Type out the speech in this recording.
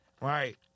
Right